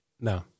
No